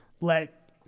let